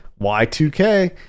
Y2K